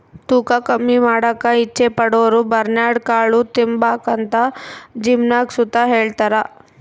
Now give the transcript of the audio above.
ತೂಕ ಕಮ್ಮಿ ಮಾಡಾಕ ಇಚ್ಚೆ ಪಡೋರುಬರ್ನ್ಯಾಡ್ ಕಾಳು ತಿಂಬಾಕಂತ ಜಿಮ್ನಾಗ್ ಸುತ ಹೆಳ್ತಾರ